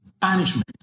punishment